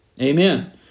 Amen